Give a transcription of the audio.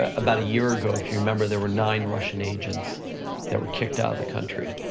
ah about a year ago, if you remember, there were nine russian agents that were kicked out of the country,